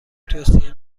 توصیه